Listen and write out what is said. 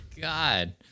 God